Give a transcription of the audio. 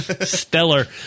Stellar